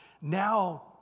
now